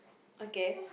okay